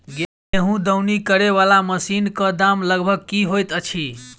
गेंहूँ दौनी करै वला मशीन कऽ दाम लगभग की होइत अछि?